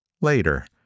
Later